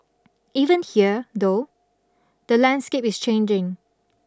even here though the landscape is changing